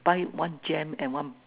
buy one jam and one